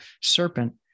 serpent